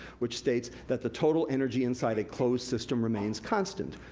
which states that the total energy inside a closed system remains constant.